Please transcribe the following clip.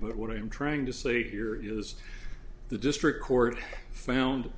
but what i am trying to say here is the district court found